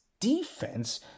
defense